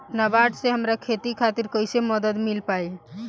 नाबार्ड से हमरा खेती खातिर कैसे मदद मिल पायी?